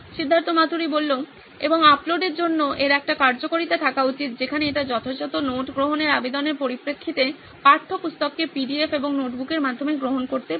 সিদ্ধার্থ মাতুরি এবং আপলোডের জন্য এর একটি কার্যকারিতা থাকা উচিত যেখানে এটি যথাযথ নোট গ্রহণের আবেদনের পরিপ্রেক্ষিতে পাঠ্যপুস্তককে পিডিএফ এবং নোটবুকের মাধ্যমে গ্রহণ করতে পারবে